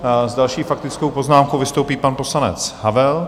S další faktickou poznámkou vystoupí pan poslanec Havel.